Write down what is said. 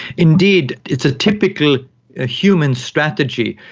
indeed, it's a typical human strategy,